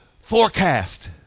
forecast